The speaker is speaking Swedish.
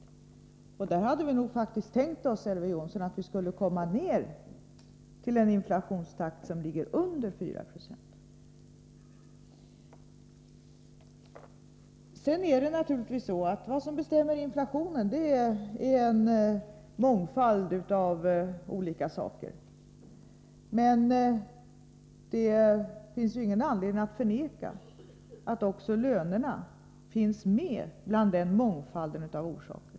I det avseendet hade vi faktiskt, Elver Jonsson, tänkt oss att det skulle vara möjligt att komma ned till en inflationstakt som ligger under 4 96. Det är naturligtvis en mångfald saker som bestämmer inflationen. Det finns ingen anledning att förneka att t.ex. lönerna ingår i den mångfalden.